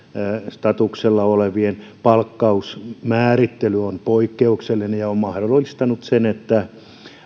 statuksella olevien palkkausmäärittely on poikkeuksellinen ja on mahdollistanut sen että